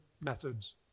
methods